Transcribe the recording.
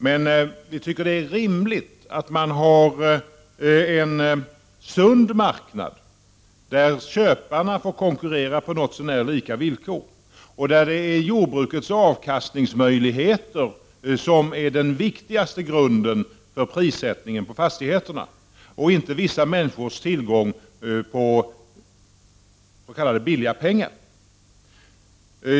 Men vi tycker att det är rimligt att man har en sund marknad, där köparna får konkurrera på något så när lika villkor och där jordbrukets avkastningsmöjligheter är den viktigaste grunden för prissättningen på fastigheterna, inte vissa människors tillgång på s.k. billiga pengar.